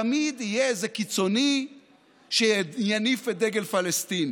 תמיד יהיה איזה קיצוני שיניף את דגל פלסטין.